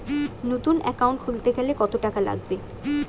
নতুন একাউন্ট খুলতে গেলে কত টাকা লাগবে?